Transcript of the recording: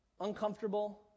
uncomfortable